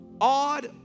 odd